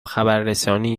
خبررسانی